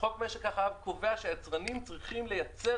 חוק משק החלב קובע שהיצרנים צריכים לייצר